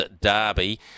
derby